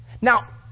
Now